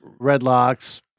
Redlocks